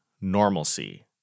normalcy